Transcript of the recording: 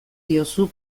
diozu